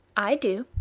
i do.